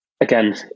Again